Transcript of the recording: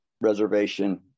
Reservation